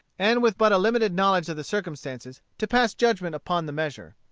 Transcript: and with but a limited knowledge of the circumstances, to pass judgment upon the measure.